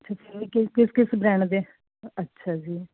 ਕਿਸ ਕਿਸ ਬ੍ਰਾਂਡ ਦੇ ਅੱਛਾ ਜੀ